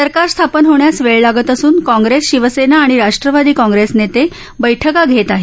सरकार स्थापन होण्यास वेळ लागत असून काँग्रेस शिवसेना आणि राष्ट्रवादी काँग्रेस नेते बैठका घेत आहेत